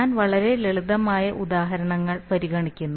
ഞാൻ വളരെ ലളിതമായ ഉദാഹരണങ്ങൾ പരിഗണിക്കുന്നു